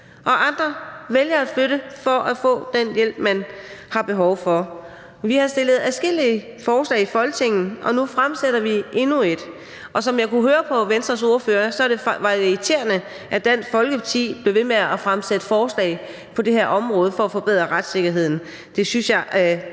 andre vælger at flytte for at få den hjælp, de har behov for. Vi har fremsat adskillige forslag i Folketinget, og nu fremsætter vi endnu et, og som jeg kunne høre på Venstres ordfører, er det irriterende, at Dansk Folkeparti bliver ved med at fremsætte forslag på det her område for at forbedre retssikkerheden.